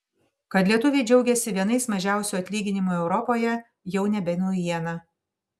kad lietuviai džiaugiasi vienais mažiausių atlyginimų europoje jau nebe naujiena